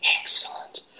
excellent